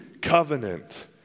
covenant